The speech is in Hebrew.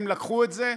הם לקחו את זה,